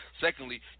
secondly